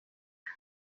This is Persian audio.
است